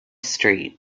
street